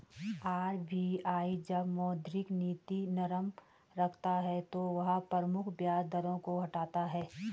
RBI जब मौद्रिक नीति नरम रखता है तो वह प्रमुख ब्याज दरों को घटाता है